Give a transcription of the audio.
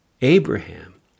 Abraham